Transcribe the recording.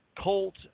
Colt